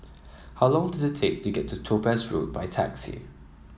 how long does it take to get to Topaz Road by taxi